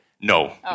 No